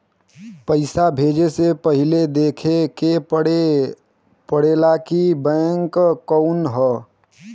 पइसा भेजे से पहिले देखे के पड़ेला कि बैंक कउन ह